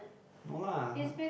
no lah